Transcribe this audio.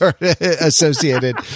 associated